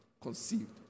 conceived